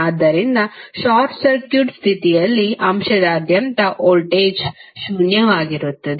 ಆದ್ದರಿಂದ short circuit ಸ್ಥಿತಿಯಲ್ಲಿ ಅಂಶದಾದ್ಯಂತ ವೋಲ್ಟೇಜ್ ಶೂನ್ಯವಾಗಿರುತ್ತದೆ